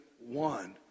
one